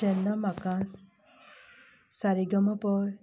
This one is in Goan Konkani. जेन्ना म्हाका सारेगमप